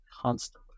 constantly